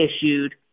issued